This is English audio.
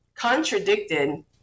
contradicted